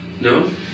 no